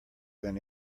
than